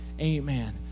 amen